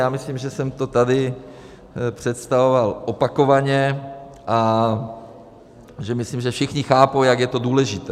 Já myslím, že jsem to tady představoval opakovaně a že myslím, že všichni chápou, jak je to důležité.